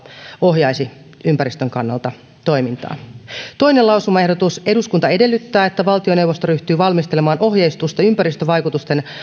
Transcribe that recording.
ohjaisi toimintaa ympäristön kannalta toinen lausumaehdotus eduskunta edellyttää että valtioneuvosto ryhtyy valmistelemaan ohjeistusta ympäristövaikutusten